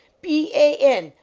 b a n,